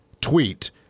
tweet